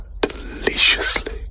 deliciously